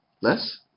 less